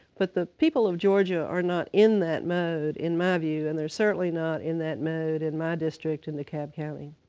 but the people of georgia are not in that mode, in my view, and they're certainly not in that mode in my district in dekalb county.